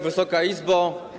Wysoka Izbo!